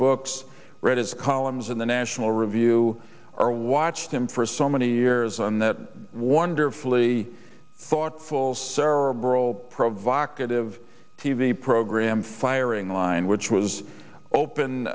books read his columns in the national review or watched him for so many years and that wonderfully thoughtful cerebral provocative t v program firing line which was